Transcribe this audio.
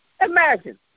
Imagine